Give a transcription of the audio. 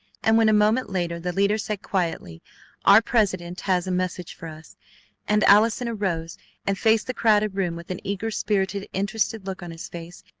and when a moment later the leader said quietly our president has a message for us and allison arose and faced the crowded room with an eager, spirited, interested look on his face,